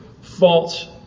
false